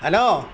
hello